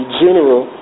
general